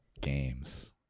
games